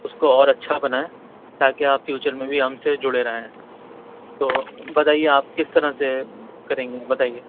اس کو اور اچھا بنائیں تاکہ آپ فیوچر میں بھی ہم سے جڑے رہیں تو بتائیے آپ کس طرح سے کریں گے بتائیے